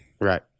Right